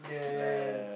the